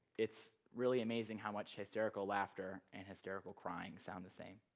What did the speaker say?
it's really amazing how much hysterical laughter and hysterical crying sound the same.